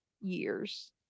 years